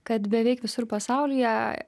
kad beveik visur pasaulyje